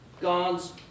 God's